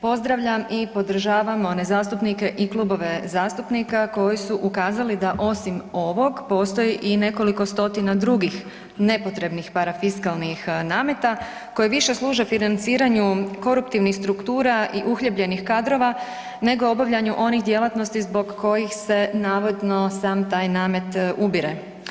Pozdravljam i podržavamo zastupnike i klubove zastupnika koji su ukazali da osim ovog postoji i nekoliko stotina drugih nepotrebnih parafiskalnih nameta koji više služe financiranju koruptivnih struktura i uhljebljenih kadrova nego obavljanju onih djelatnosti zbog kojih se navodno sam taj namet ubire.